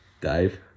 Dave